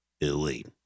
Elite